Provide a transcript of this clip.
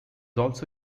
also